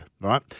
right